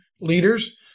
leaders